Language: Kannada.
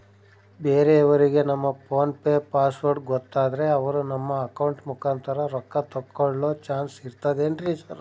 ಬೇರೆಯವರಿಗೆ ನಮ್ಮ ಫೋನ್ ಪೆ ಪಾಸ್ವರ್ಡ್ ಗೊತ್ತಾದ್ರೆ ಅವರು ನಮ್ಮ ಅಕೌಂಟ್ ಮುಖಾಂತರ ರೊಕ್ಕ ತಕ್ಕೊಳ್ಳೋ ಚಾನ್ಸ್ ಇರ್ತದೆನ್ರಿ ಸರ್?